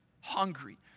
hungry